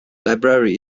library